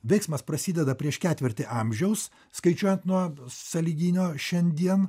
veiksmas prasideda prieš ketvirtį amžiaus skaičiuojant nuo sąlyginio šiandien